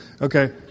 Okay